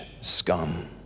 scum